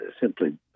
simply